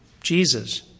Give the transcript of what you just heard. Jesus